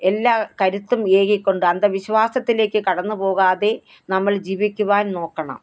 എല്ലാ കരുത്തും ഏകിക്കൊണ്ട് അന്ധവിശ്വാസത്തിലേക്ക് കടന്നുപോകാതെ നമ്മൾ ജിവിക്കുവാന് നോക്കണം